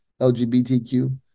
LGBTQ